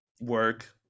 Work